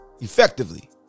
effectively